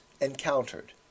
encountered